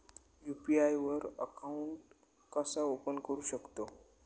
UPI वर account कसा open करू शकतव?